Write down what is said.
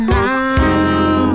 now